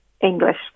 English